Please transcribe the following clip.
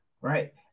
right